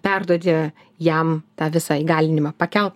perduodi jam tą visą įgalinimą pakelt